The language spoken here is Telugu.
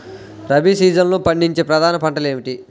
రబీ సీజన్లో పండించే ప్రధాన పంటలు ఏమిటీ?